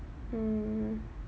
mm